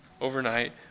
overnight